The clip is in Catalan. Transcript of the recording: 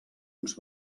uns